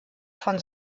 von